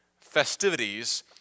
festivities